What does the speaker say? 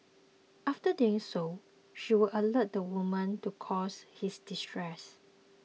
after doing so she would alert the woman to cause his distress